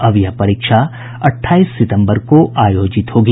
अब यह परीक्षा अट्ठाईस सितंबर को आयोजित होगी